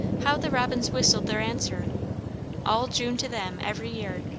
how the robins whistled their answer all june to them, every year!